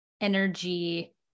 energy